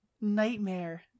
nightmare